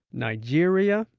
nigeria?